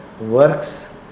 works